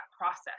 process